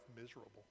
miserable